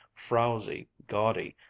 frowzy, gaudy,